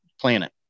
planet